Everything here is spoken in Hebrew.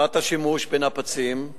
תופעת השימוש בנפצים,